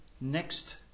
next